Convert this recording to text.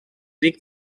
ric